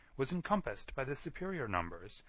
was encompassed by the superior numbers,